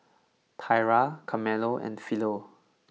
Thyra Carmelo and Philo